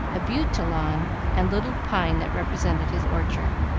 abutilon, and little pine that represented his orchard.